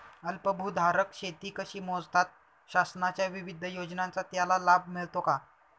अल्पभूधारक शेती कशी मोजतात? शासनाच्या विविध योजनांचा त्याला लाभ मिळतो का?